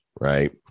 right